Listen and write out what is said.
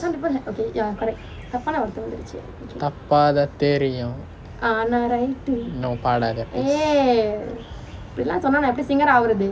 தப்பாத்தான் தெரியும்:thappaathaan theriyum